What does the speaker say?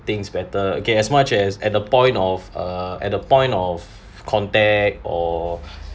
things better okay as much as at the point of uh at a point of contact or